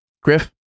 Griff